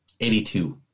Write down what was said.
82